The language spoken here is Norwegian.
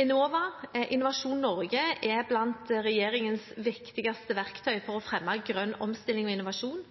Enova og Innovasjon Norge er blant regjeringens viktigste verktøy for å fremme grønn omstilling og innovasjon.